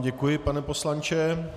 Děkuji, pane poslanče.